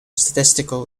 statistical